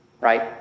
Right